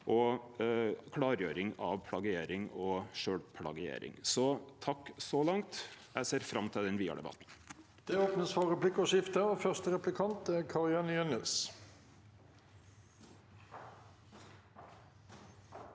og klargjering av plagiering og sjølvplagiering. Takk så langt – eg ser fram til den vidare debatten.